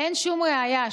ראיה.